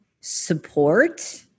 support